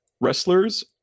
wrestlers